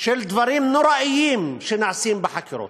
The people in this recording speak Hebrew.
של דברים נוראים שנעשים בחקירות.